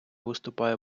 виступає